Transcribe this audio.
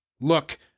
Look